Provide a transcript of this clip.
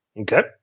Okay